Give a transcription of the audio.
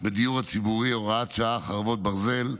בדיור הציבורי (הוראת שעה, חרבות ברזל)